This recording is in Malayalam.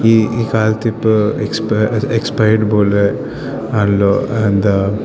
ഈ ഈ കാലത്ത് ഇപ്പോൾ എക്സ്പയേര്ഡ് പോലെ ആണല്ലോ എന്താണ്